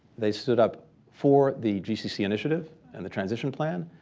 they stood up for the gcc initiative and the transition plan.